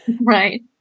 Right